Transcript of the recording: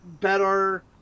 better